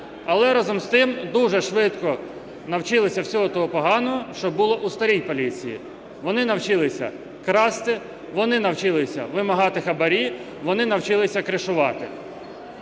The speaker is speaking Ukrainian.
але, разом з тим, дуже швидко навчилися всього того поганого, що було у старій поліції. Вони навчилися красти, вони навчилися вимагати хабарі, вони навчилися "кришувати".